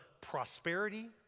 prosperity